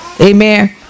Amen